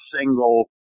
single